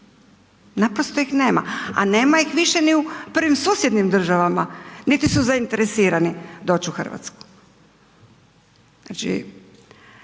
Naprosto ih nema, a nema ih više ni u prvim susjednim državama, niti su zainteresirani doći u Hrvatsku. Znači